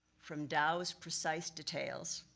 from dou's precise details,